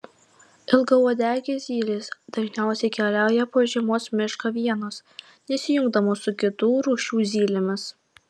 ilgauodegės zylės dažniausiai keliauja po žiemos mišką vienos nesijungdamos su kitų rūšių zylėmis